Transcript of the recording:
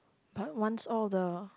but once all of the